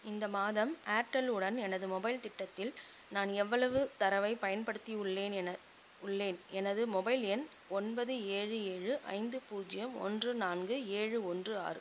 இந்த மாதம் ஏர்டெல் உடன் எனது மொபைல் திட்டத்தில் நான் எவ்வளவு தரவைப் பயன்படுத்தி உள்ளேன் என உள்ளேன் எனது மொபைல் எண் ஒன்பது ஏழு ஏழு ஐந்து பூஜ்ஜியம் ஒன்று நான்கு ஏழு ஒன்று ஆறு